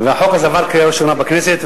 והחוק הזה עבר קריאה ראשונה בכנסת,